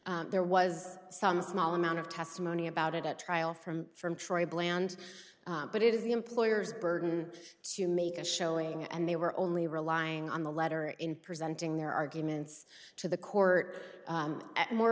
there was some small amount of testimony about it at trial from from troy bland but it is the employer's burden to make a showing and they were only relying on the letter in presenting their arguments to the court more